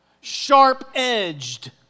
sharp-edged